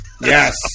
Yes